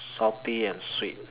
salty and sweet